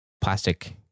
plastic